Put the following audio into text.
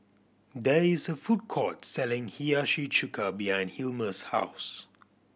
there is a food court selling Hiyashi Chuka behind Hilmer's house